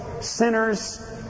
sinners